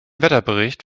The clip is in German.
wetterbericht